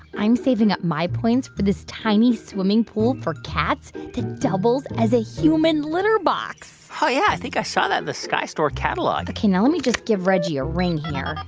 i'm saving up my points for this tiny swimming pool for cats that doubles as a human litter box oh, yeah, i think i saw that the sky store catalog ok, now, let me just give reggie a ring here